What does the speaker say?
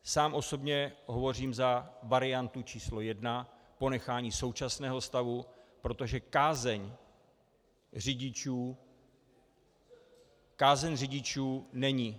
Sám osobně hovořím za variantu číslo 1, ponechání současného stavu, protože kázeň řidičů není.